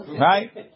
right